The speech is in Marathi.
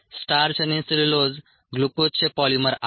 स्टार्च आणि सेल्युलोज ग्लुकोजचे पॉलिमर आहेत